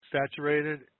saturated